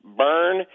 burn